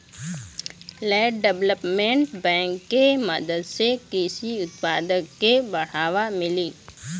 land development bank के मदद से कृषि उत्पादन के बढ़ावा मिली